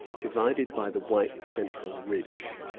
divided by the white central ridge.